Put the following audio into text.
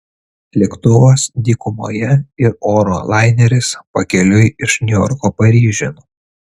lėktuvas dykumoje ir oro laineris pakeliui iš niujorko paryžiun